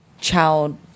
child